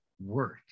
work